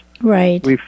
Right